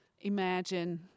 Imagine